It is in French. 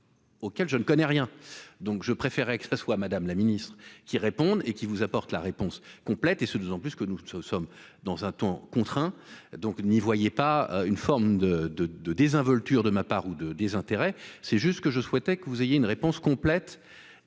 auquel je ne connais rien donc je préférerais que ce soit, Madame la Ministre, qui répondent et qui vous apporte la réponse complète, et ce d'autant plus que nous sommes dans un temps contraint donc n'y voyait pas une forme de, de, de désinvolture de ma part ou de désintérêt, c'est juste que je souhaitais que vous ayez une réponse complète